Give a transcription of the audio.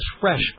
Fresh